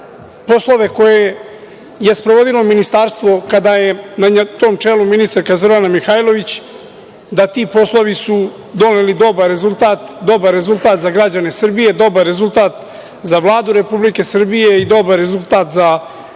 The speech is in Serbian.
poslove koje je sprovodilo ministarstvo kada je na tom čelu ministarka Zorana Mihajlović da ti poslovi su doneli dobar rezultat, dobar rezultat za građane Srbije, dobar rezultat za Vladu Republike Srbije i dobar rezultat za našu